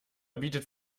bietet